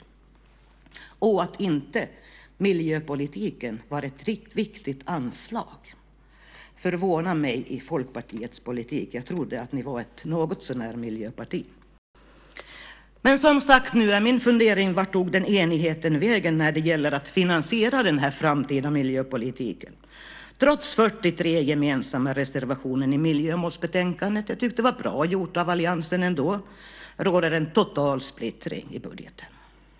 Det förvånar mig att miljöpolitiken inte är ett viktigt anslag i Folkpartiets politik. Jag trodde att Folkpartiet var ett någorlunda miljövänligt parti. Nu är min fundering: Vart tog enigheten vägen när det gäller att finansiera den framtida miljöpolitiken? Trots 43 gemensamma reservationer i miljömålsbetänkandet är det en total splittring i budgeten. Jag tyckte att det var bra gjort av alliansen ändå.